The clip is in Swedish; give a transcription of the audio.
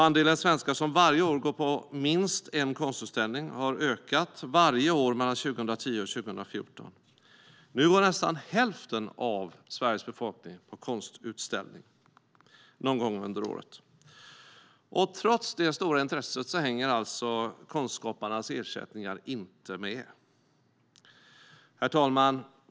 Andelen svenskar som varje år går på minst en konstutställning har ökat varje år mellan 2010 och 2014. Nu går nästan hälften av Sveriges befolkning på konstutställning någon gång under året. Trots det stora intresset hänger alltså konstskaparnas ersättningar inte med. Herr talman!